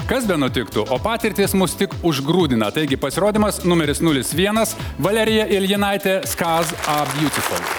kas benutiktų o patirtys mus tik užgrūdina taigi pasirodymas numeris nulis vienas valerija iljinaitė skars a bjutiful